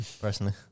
personally